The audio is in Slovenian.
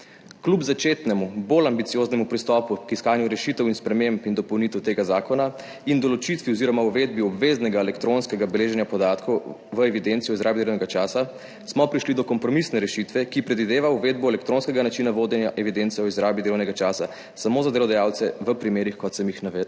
Kljub začetnemu bolj ambicioznemu pristopu k iskanju rešitev in sprememb ter dopolnitev tega zakona in določitvi oziroma uvedbi obveznega elektronskega beleženja podatkov v evidenci o izrabi delovnega časa smo prišli do kompromisne rešitve, ki predvideva uvedbo elektronskega načina vodenja evidence o izrabi delovnega časa samo za delodajalce v primerih, kot sem jih navedel